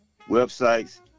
Websites